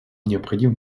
необходим